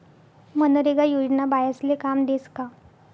मनरेगा योजना बायास्ले काम देस का?